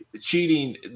cheating